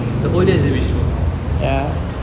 the whole thing is a ritual